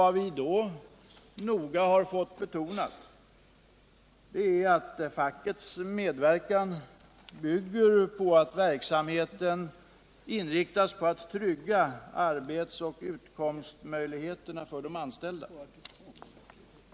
Därvid har tydligt betonats att fackets medverkan förutsätter att verksamheten inriktas på att trygga arbetsoch utkomstmöjligheterna för de anställda.